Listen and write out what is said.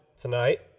tonight